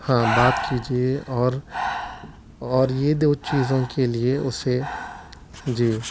ہاں بات کیجیے اور اور یہ دو چیزوں کے لیے اس سے جی